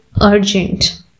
urgent